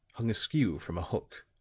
hung askew from a hook.